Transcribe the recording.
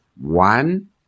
one